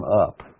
up